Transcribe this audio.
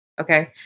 Okay